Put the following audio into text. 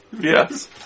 Yes